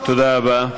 תודה רבה.